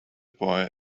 boy